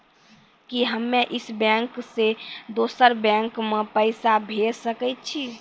कि हम्मे इस बैंक सें दोसर बैंक मे पैसा भेज सकै छी?